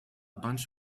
bunch